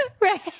Right